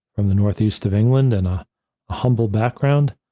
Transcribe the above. from the northeast of england and a humble background,